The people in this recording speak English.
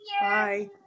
Bye